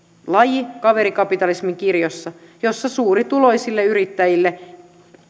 laji kaverikapitalismin kirjossa jossa suurituloisille yrittäjille